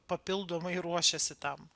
papildomai ruošiasi tam